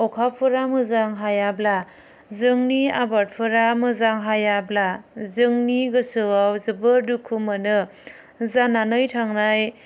अखाफोरा मोजां हायाब्ला जोंनि आबादफोरा मोजां हायाब्ला जोंनि गोसोआव जोबोद दुखु मोनो जानानै थांनाय